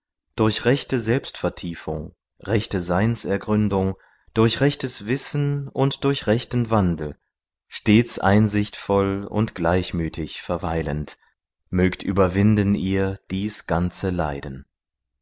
durch rechte selbstvertiefung rechte seinsergründung durch rechtes wissen und durch rechten wandel stets einsichtvoll und gleichmütig verweilend mögt überwinden ihr dies ganze leiden